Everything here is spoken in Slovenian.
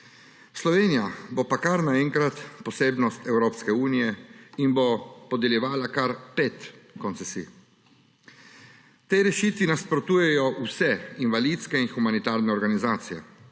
Slovenija bo pa kar naenkrat posebnost Evropske unije in bo podeljevala kar pet koncesij. Tej rešitvi nasprotujejo vse invalidske in humanitarne organizacije,